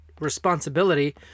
responsibility